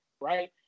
right